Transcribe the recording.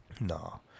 No